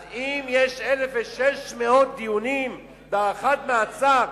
אז אם יש 1,600 דיונים בהארכת מעצר,